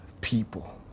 people